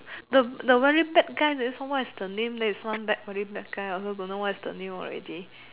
the the very bad guy the what is the name there is one bad very bad guy I also don't know what is the name already